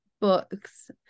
books